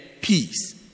peace